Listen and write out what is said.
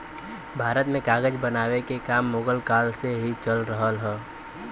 भारत में कागज बनावे के काम मुगल काल से ही चल रहल हौ